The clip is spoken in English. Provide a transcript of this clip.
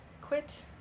quit